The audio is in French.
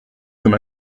comme